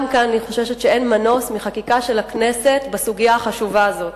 אני חוששת שגם כאן אין מנוס מחקיקה של הכנסת בסוגיה החשובה הזאת.